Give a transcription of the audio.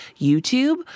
YouTube